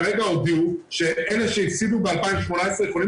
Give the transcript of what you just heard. כרגע הודיעו שאלה שהפסידו ב-2018 יכולים